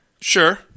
sure